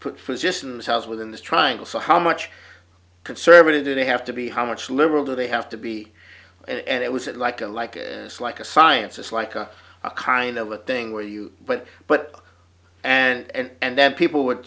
put physicians house within this triangle so how much conservative do they have to be how much liberal do they have to be and it was like a like it's like a science it's like a kind of a thing where you but but and then people would